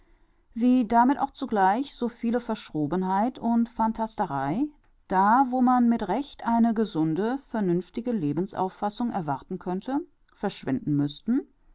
wie damit auch zugleich so viele verschrobenheit und phantasterei da wo man mit recht eine gesunde vernünftige lebensauffassung erwarten könnte verschwinden müßten